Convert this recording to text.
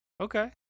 Okay